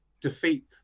defeat